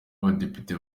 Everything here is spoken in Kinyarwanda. abadepite